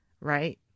right